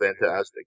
fantastic